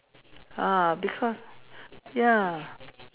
ah because ya